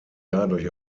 dadurch